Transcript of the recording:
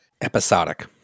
episodic